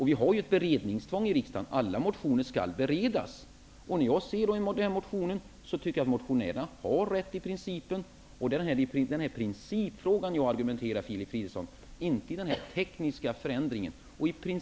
Vi har ju ett beredningstvång i riksdagen. Alla motioner skall beredas. När jag ser den här motionen tycker jag att motionärerna har rätt i princip. Det är i principfrågan jag argumenterar, Filip Fridolfsson, inte om den tekniska förändringen. Där tar jag en stor poäng.